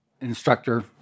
instructor